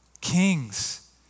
Kings